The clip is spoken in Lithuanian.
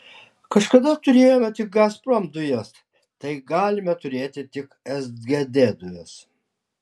kažkada turėjome tik gazprom dujas tai galime turėti tik sgd dujas